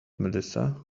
melissa